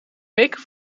weken